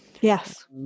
yes